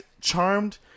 Charmed